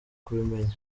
kubimenya